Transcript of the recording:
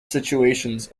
situations